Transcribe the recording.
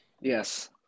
Yes